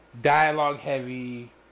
Dialogue-heavy